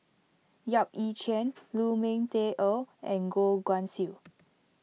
Yap Ee Chian Lu Ming Teh Earl and Goh Guan Siew